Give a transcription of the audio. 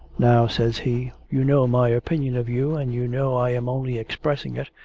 now, says he, you know my opinion of you, and you know i am only expressing it,